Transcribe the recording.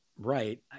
right